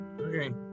okay